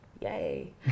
Yay